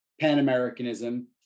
Pan-Americanism